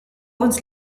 uns